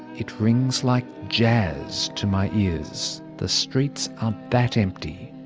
it rings like jazz to my ears. the streets are that empty.